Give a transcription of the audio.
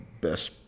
Best